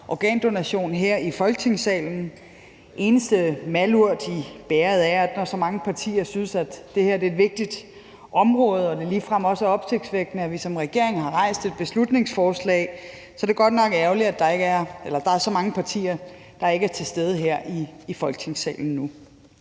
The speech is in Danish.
organdonation her i Folketingssalen. Den eneste malurt i bægeret er, at det, når så mange partier synes, at det her er et vigtigt område og det ligefrem også er opsigtsvækkende, at vi som regering har fremsat et beslutningsforslag, godt nok er ærgerligt, at der er så mange partier, der ikke er til stede her i Folketingssalen nu.